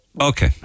okay